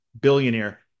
billionaire